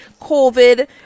COVID